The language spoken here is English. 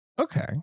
Okay